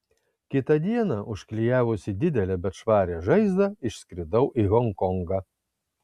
kitą dieną užklijavusi didelę bet švarią žaizdą išskridau į honkongą